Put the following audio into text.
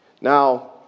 Now